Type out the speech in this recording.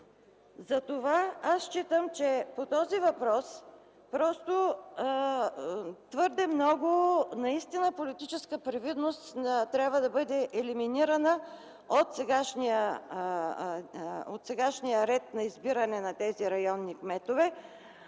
тях. Аз смятам, че по този въпрос твърде много политическата привидност трябва да бъде елиминирана от сегашния ред на избиране на тези районни кметове.